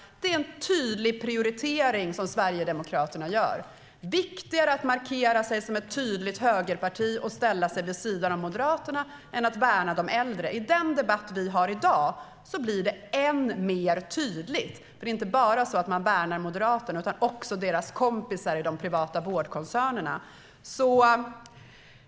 Det är en tydlig prioritering som Sverigedemokraterna gör. Det är viktigare att markera sig som ett tydligt högerparti och ställa sig vid sidan av Moderaterna än att värna de äldre. I den debatt vi har i dag blir det ännu tydligare, för det är inte så att man bara värnar Moderaterna, utan man värnar också deras kompisar i de privata vårdkoncernerna.